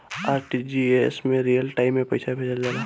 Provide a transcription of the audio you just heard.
RTGS में real time में पइसा भेजल जाला